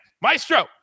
Maestro